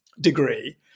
degree